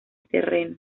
terreno